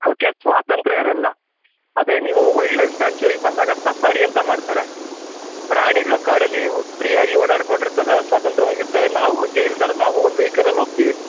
ಅವಕ್ಕೆ ಸ್ವಾತಂತ್ರ್ಯ ಇರಲ್ಲ ಅದೇ ನೀವು ವೈಲ್ಡ್ ಲೈಫ್ ಸ್ಯಾಂಚುರಿಗೆ ಬಂದಾಗ ಸಫಾರಿ ಅಂತ ಮಾಡ್ತಾರೆ ಪ್ರಾಣಿಗಳು ಕಾಡಲ್ಲಿ ಫ್ರೀಯಾಗಿ ಓಡಾಡಿಕೊಂಡಿರ್ತದೆ ಸ್ವತಂತ್ರವಾಗಿರ್ತವೆ ನಾವು ಜೈಲ್ ಥರ ನಾವು ಒಂದು ವೆಹಿಕಲಲ್ಲಿ ಹೋಗ್ತೀವಿ